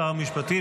שר המשפטים,